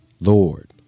Lord